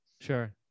Sure